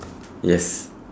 yes